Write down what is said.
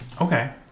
Okay